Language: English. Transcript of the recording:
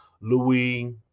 Louis